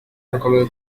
rukomeza